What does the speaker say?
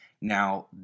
Now